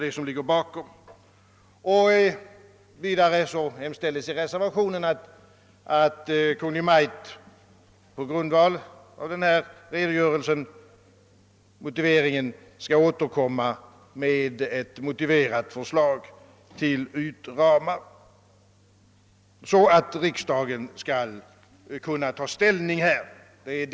Vidare hemställes i reservationen att Kungl. Maj:t på grundval av en sådan redogörelse skall återkomma med ett motiverat förslag till ytramar, så att riksdagen kan ta ställning till lokalplaneringen.